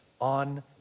on